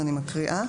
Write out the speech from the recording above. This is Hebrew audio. אני מקריאה